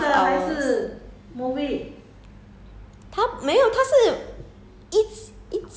一个 lor 一个 episode 而已 one one and a half hours